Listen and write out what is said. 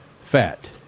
fat